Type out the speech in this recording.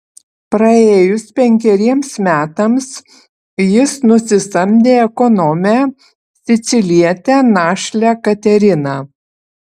praėjus penkeriems metams jis nusisamdė ekonomę sicilietę našlę kateriną